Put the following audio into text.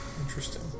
Interesting